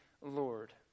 Lord